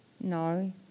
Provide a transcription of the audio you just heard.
No